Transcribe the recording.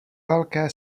velké